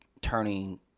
turning